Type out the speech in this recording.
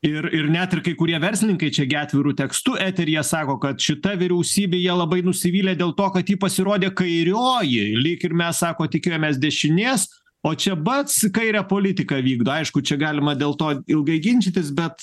ir ir net ir kai kurie verslininkai čia gi atviru tekstu eteryje sako kad šita vyriausybė jie labai nusivylė dėl to kad ji pasirodė kairioji lyg ir mes sako tikėjomės dešinės o čia bats kairę politiką vykdo aišku čia galima dėl to ilgai ginčytis bet